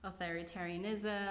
authoritarianism